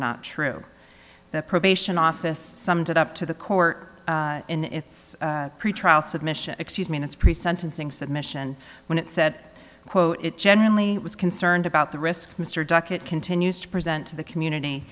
not true the probation office summed it up to the court in its pretrial submission excuse me in its pre sentencing submission when it said quote it generally is concerned about the risk mr duckett continues to present to the community